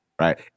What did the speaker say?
right